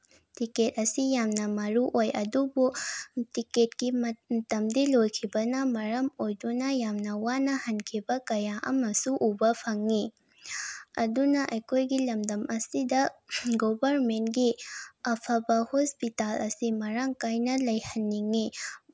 ticket ꯑꯁꯤ ꯌꯥꯝꯅ ꯃꯔꯨ ꯑꯣꯏ ꯑꯗꯨꯕꯨ ꯇꯤꯀꯦꯠꯀꯤ ꯃꯇꯝꯗꯤ ꯂꯣꯏꯈꯤꯕꯅ ꯃꯔꯝ ꯑꯣꯏꯗꯨꯅ ꯌꯥꯝꯅ ꯋꯥꯅ ꯍꯟꯈꯤꯕ ꯀꯌꯥ ꯑꯃꯁꯨ ꯎꯕ ꯐꯪꯉꯤ ꯑꯗꯨꯅ ꯑꯩꯈꯣꯏꯒꯤ ꯂꯝꯗꯝ ꯑꯁꯤꯗ ꯒꯣꯚꯔꯃꯦꯟꯒꯤ ꯑꯐꯕ ꯍꯣꯁꯄꯤꯇꯥꯜ ꯑꯁꯤ ꯃꯔꯥꯡ ꯀꯥꯏꯅ ꯂꯩꯍꯟꯅꯤꯡꯉꯤ